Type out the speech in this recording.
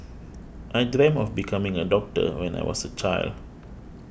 I dreamt of becoming a doctor when I was a child